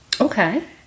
Okay